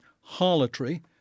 harlotry